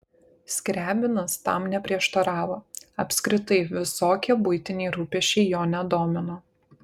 skriabinas tam neprieštaravo apskritai visokie buitiniai rūpesčiai jo nedomino